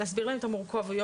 להסביר להם את המורכבויות,